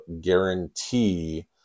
guarantee